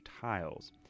tiles